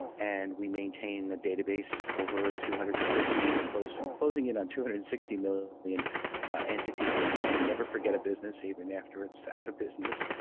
and we maintain a database over two hundred and fifty, closing closing in on two hundred and sixty million entities right now. we never forget a business, even after it's out of business.